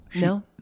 No